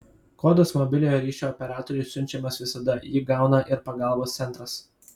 kodas mobiliojo ryšio operatoriui siunčiamas visada jį gauna ir pagalbos centras